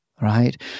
right